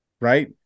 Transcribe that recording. Right